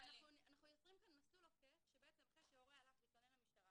--- אנחנו יוצרים פה מסלול עוקף שבעצם אחרי שהורה הלך והתלונן למשטרה